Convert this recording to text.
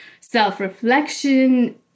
self-reflection